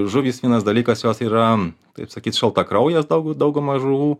žuvys vienas dalykas jos yra taip sakyt šaltakraujės daug dauguma žuvų